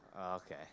Okay